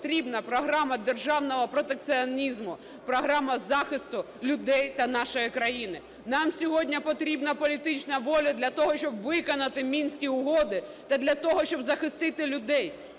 потрібна програма державного протекціонізму, програма захисту людей та нашої країни. Нам сьогодні потрібна політична воля для того, щоб виконати Мінські угоди та для того, щоб захистити людей,